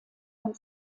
ein